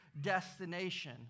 destination